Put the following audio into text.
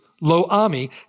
Lo-Ami